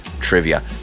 trivia